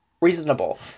Reasonable